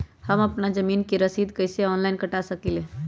हम अपना जमीन के रसीद कईसे ऑनलाइन कटा सकिले?